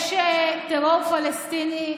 יש טרור פלסטיני,